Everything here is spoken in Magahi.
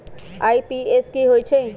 आई.एम.पी.एस की होईछइ?